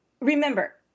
remember